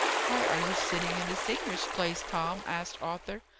why are you sitting in the senior's place, tom? asked arthur.